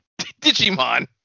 Digimon